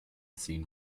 seen